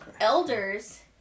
elders